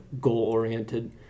goal-oriented